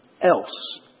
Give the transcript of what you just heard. else